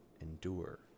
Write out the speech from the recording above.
endure